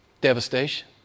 devastation